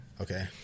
Okay